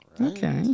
okay